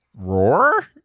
Roar